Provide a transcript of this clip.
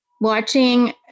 watching